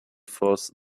force